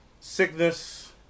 sickness